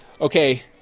Okay